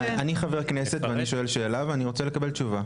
אני חבר כנסת ואני שואל שאלה ואני רוצה לקבל תשובה.